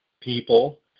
people